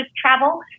travel